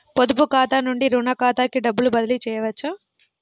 పొదుపు ఖాతా నుండీ, రుణ ఖాతాకి డబ్బు బదిలీ చేయవచ్చా?